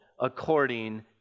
according